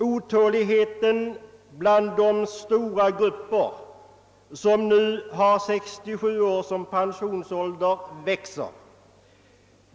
Otåligheten växer bland de stora grupper som nu har 67 år som pensionsålder.